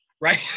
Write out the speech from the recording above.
right